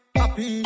happy